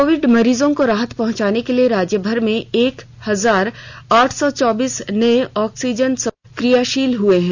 Covid मरीजों को राहत पहुंचाने के लिए राज्य भर में एक हजार आठ सौ चौबीस नए ऑक्सीजन सपोर्टेड बेड क्रियाशील हुए हैं